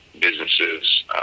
businesses